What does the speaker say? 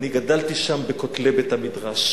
אני גדלתי שם, בין כותלי בית-המדרש,